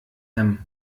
him